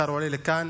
השר עולה לכאן,